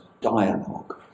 dialogue